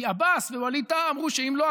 כי עבאס ווליד טאהא אמרו שאם לא,